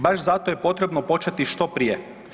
Baš zato je potrebno početi što prije.